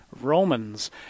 Romans